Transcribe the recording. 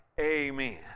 Amen